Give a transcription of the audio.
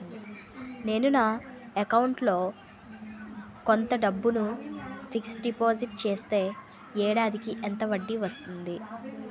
నేను నా అకౌంట్ లో కొంత డబ్బును ఫిక్సడ్ డెపోసిట్ చేస్తే ఏడాదికి ఎంత వడ్డీ వస్తుంది?